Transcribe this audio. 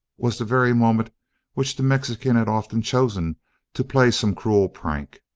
was the very moment which the mexican had often chosen to play some cruel prank.